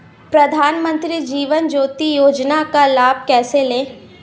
प्रधानमंत्री जीवन ज्योति योजना का लाभ कैसे लें?